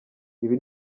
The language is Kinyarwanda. ibi